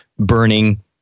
burning